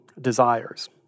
desires